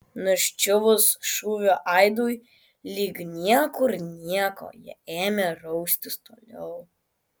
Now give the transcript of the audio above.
nuščiuvus šūvio aidui lyg niekur nieko jie ėmė raustis toliau